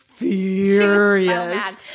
Furious